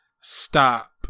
stop